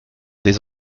des